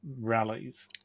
rallies